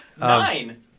Nine